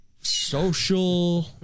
Social